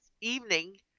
evening